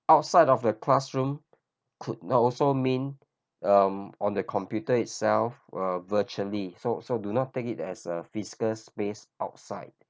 outside of the classroom could not also mean um on the computer itself uh virtually so so do not take it as a physical space outside